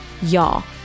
Y'all